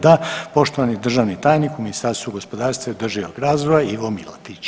Da, poštovani državni tajnik u Ministarstvu gospodarstva i održivog razvoja Ivo Milatić.